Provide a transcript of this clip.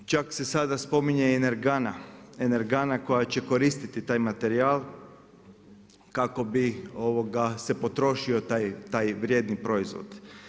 Čak se sada spominje i energana, energana koja će koristiti taj materijal kako bi se potrošio taj vrijedni proizvod.